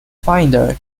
finder